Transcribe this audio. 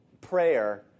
prayer